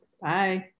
Bye